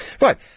Right